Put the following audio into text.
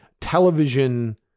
television